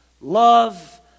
love